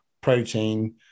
protein